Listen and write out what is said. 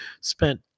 spent